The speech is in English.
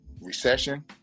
recession